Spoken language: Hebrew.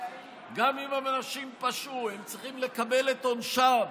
גם אם אנשים פשעו, הם צריכים לקבל את עונשם,